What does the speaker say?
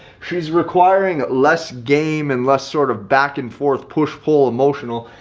she's requiring less game and less sort of back and forth, push, pull emotional.